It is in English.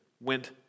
went